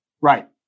right